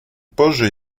позже